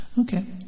okay